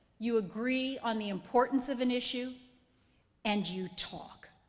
you agree on the importance of an issue and you talk,